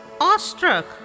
awestruck